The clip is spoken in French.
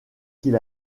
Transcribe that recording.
qu’il